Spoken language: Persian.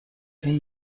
این